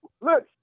Look